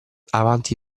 avanti